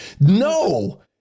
no